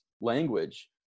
language